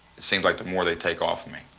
it seems like the more they take off me.